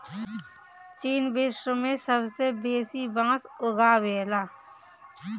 चीन विश्व में सबसे बेसी बांस उगावेला